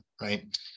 right